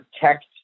protect